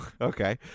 Okay